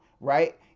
right